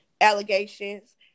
allegations